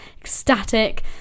ecstatic